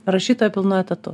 rašytoja pilnu etatu